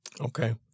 Okay